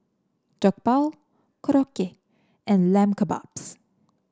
Jokbal Korokke and Lamb Kebabs